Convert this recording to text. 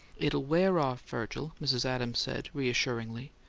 it'll wear off, virgil, mrs. adams said, reassuringly.